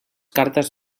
cartes